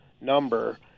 number